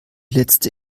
letzte